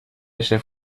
ese